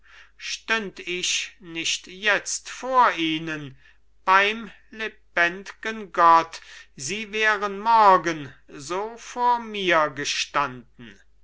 stünd ich nicht jetzt vor ihnen beim lebendgen gott sie wären morgen so vor mir gestanden